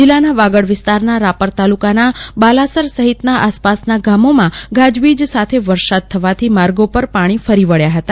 જિલ્લાના વાગડ વિસ્તારના રાપર તાલુકાના બાલાસર સહિતના આસપાસના ગામોના ગાજવીજ સાથે વરસાદ થવાથી માર્ગો પર પાણી ફરી વળ્યા હતા